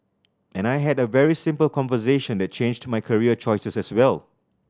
and I had a very simple conversation that changed my career choices as well